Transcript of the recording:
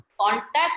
Contact